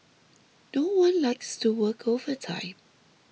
no one likes to work overtime